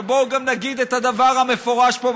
ובואו גם נגיד את הדבר המפורש פה,